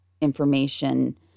information